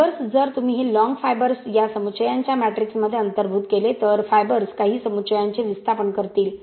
fibres जर तुम्ही हे लॉन्ग फायबर्स या समुच्चयांच्या मॅट्रिक्समध्ये अंतर्भूत केले तर फायबर्स काही समुच्चयांचे विस्थापन करतील